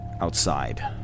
outside